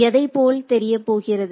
எதை போல் தெரியப்போகிறது